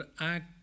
act